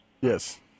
Yes